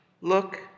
look